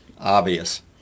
obvious